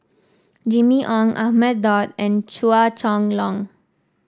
Jimmy Ong Ahmad Daud and Chua Chong Long